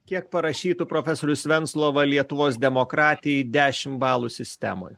kiek parašytų profesorius venclova lietuvos demokratijai dešim balų sistemoj